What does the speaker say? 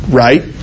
right